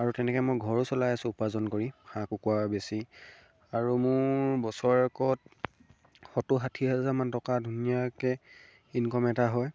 আৰু তেনেকৈ মই ঘৰো চলাই আছোঁ উপাৰ্জন কৰি হাঁহ কুকুৰা বেছি আৰু মোৰ বছৰেকত সত্তৰ ষাঠি হাজাৰমান টকা ধুনীয়াকৈ ইনকম এটা হয়